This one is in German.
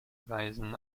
weisen